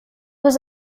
was